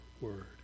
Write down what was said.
Word